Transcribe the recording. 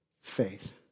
faith